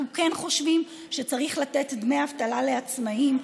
אנחנו כן חושבים שצריך לתת דמי אבטלה לעצמאים.